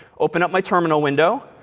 open, up my terminal window,